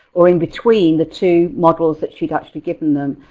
or in between the two modules that she'd actually given them.